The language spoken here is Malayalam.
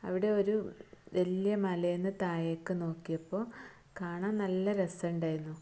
അവിടെ ഒരു വലിയ മലയിൽ നിന്ന് താഴേക്ക് നോക്കിയപ്പോൾ കാണാൻ നല്ല രസം ഉണ്ടായിരുന്നു